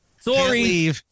sorry